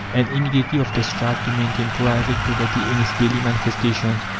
and immediately after strive to maintain private property in its daily manifestations.